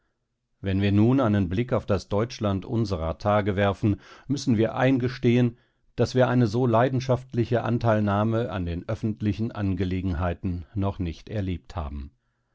wenn wir nun einen blick auf das deutschland unserer tage werfen müssen wir eingestehen daß wir eine so leidenschaftliche anteilnahme an den öffentlichen angelegenheiten noch nicht erlebt haben